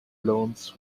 loans